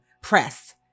press